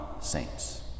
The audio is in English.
saints